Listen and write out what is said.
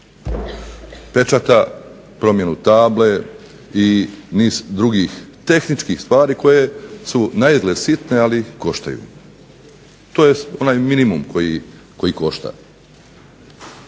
pečata, promjenu table i niz drugih tehničkih stvari koje su naizgled sitne ali koštaju, tj. onaj minimum koji košta.